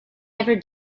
ever